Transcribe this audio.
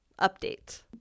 update